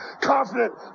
confident